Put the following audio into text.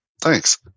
Thanks